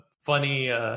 funny